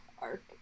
arc